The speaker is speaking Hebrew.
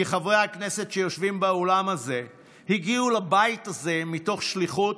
כי חברי הכנסת שיושבים באולם הזה הגיעו לבית הזה מתוך שליחות